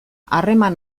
harreman